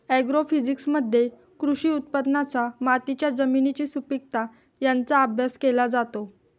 ॲग्रोफिजिक्समध्ये कृषी उत्पादनांचा मातीच्या जमिनीची सुपीकता यांचा अभ्यास केला जातो